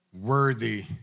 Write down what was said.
Worthy